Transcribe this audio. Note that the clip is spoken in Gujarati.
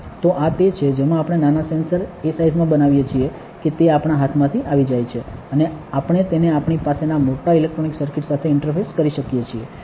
તો આ તે છે જેમાં આપણે નાના સેન્સર એ સાઈઝ્મા બનાવીએ છીએ કે તે આપણા હાથમાં આવી જાય છે અને આપણે તેને આપણી પાસેના મોટા ઇલેક્ટ્રોનિક સર્કિટ્સ સાથે ઇન્ટરફેસ કરી શકીએ છીએ